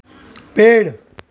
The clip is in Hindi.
पेड़